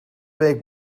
week